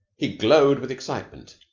he glowed with excitement.